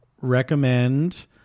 recommend